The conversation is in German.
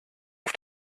auf